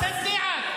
מה לכם ולממשלת ישראל?